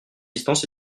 distance